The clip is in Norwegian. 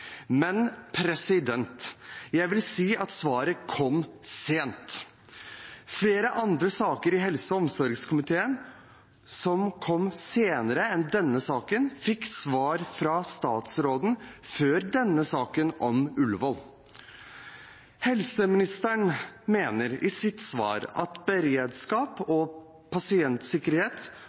men jeg vil si at svaret kom sent. Flere andre saker i helse- og omsorgskomiteen som kom senere enn denne saken, fikk svar fra statsråden før denne saken om Ullevål. Helseministeren mener i sitt svar at beredskap og pasientsikkerhet